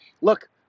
Look